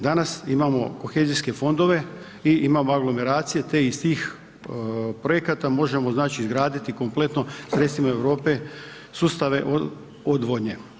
Danas imamo kohezijske fondove i imamo aglomeracije te iz tih projekata možemo izgraditi kompletno sredstvima Europe sustave odvodnje.